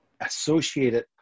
associated